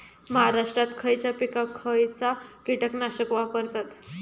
महाराष्ट्रात खयच्या पिकाक खयचा कीटकनाशक वापरतत?